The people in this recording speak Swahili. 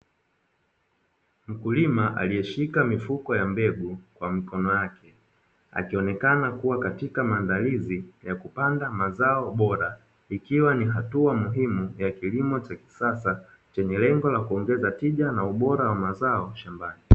Mkulima aliyeshika mifuko ya mbegu kwa mikono yake, akionekana kuwa katika maandalizi ya kupanda mazao bora, ikiwa ni hatua muhimu ya kilimo cha kisasa chenye lengo la kuongeza tija na ubora wa mazao shambani.